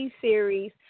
series